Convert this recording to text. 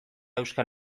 euskal